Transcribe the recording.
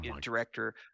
director